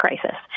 crisis